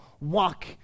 walk